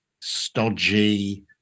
stodgy